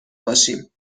باشیم